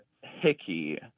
hickey